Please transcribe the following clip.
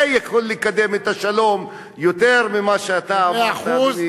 זה יכול לקדם את השלום יותר ממה שאתה אמרת,